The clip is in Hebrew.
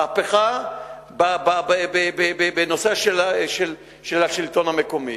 מהפכה בנושא של השלטון המקומי.